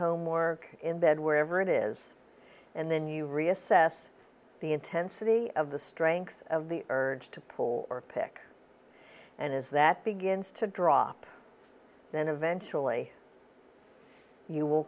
home or in bed wherever it is and then you reassess the intensity of the strength of the urge to pull or pick and as that begins to drop then eventually you will